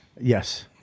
Yes